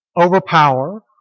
overpower